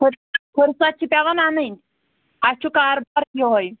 پھُر پھُرست چھِ پٮ۪وان اَنٕنۍ اَسہِ چھُ کاربار یِہوٚے